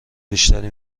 بیشتری